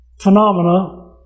phenomena